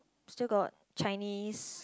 still got Chinese